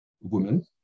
woman